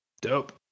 Dope